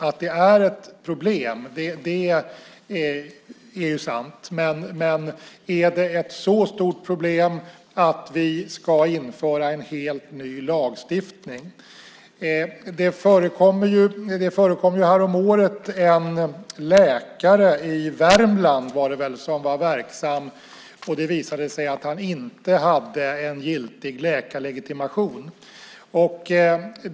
Att det är ett problem är sant, men är det så stort att vi ska införa en helt ny lagstiftning? Det förekom härom året en läkare som var verksam i Värmland, och det visade sig att han inte hade en giltig läkarlegitimation.